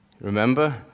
Remember